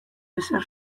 ezer